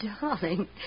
darling